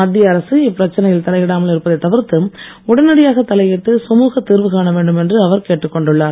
மத்திய அரசு இப்பிரச்னையில் தலையிடாமல் இருப்பதைத் தவிர்த்து உடனடியாக தலையிட்டு சுமுக தீர்வு காண வேண்டும் என்று அவர் கேட்டுக் கொண்டுள்ளார்